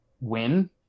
win